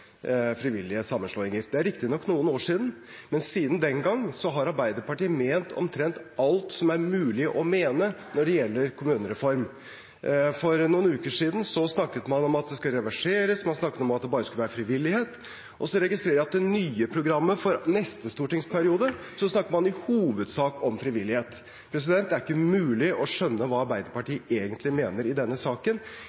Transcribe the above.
frivillige sammenslåinger. Det er riktignok noen år siden, men siden den gang har Arbeiderpartiet ment omtrent alt som er mulig å mene når det gjelder kommunereform. For noen uker siden snakket man om at det skal reverseres, man snakker om at det bare skal være frivillighet. Og så registrerer jeg at i det nye programmet, for neste stortingsperiode, snakker man i hovedsak om frivillighet. Det er ikke mulig å skjønne hva